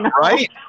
Right